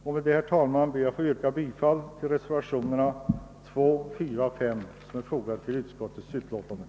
Med detta, herr talman, ber jag få yrka bifall till de vid utskottets utlåtande fogade reservationerna 2, 4 och 5.